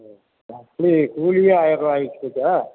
ஆ அப்படி கூலியே ஆயிரம் ருபா ஆகி போச்சா